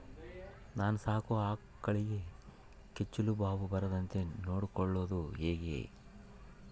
ನಾನು ಸಾಕೋ ಆಕಳಿಗೆ ಕೆಚ್ಚಲುಬಾವು ಬರದಂತೆ ನೊಡ್ಕೊಳೋದು ಹೇಗೆ?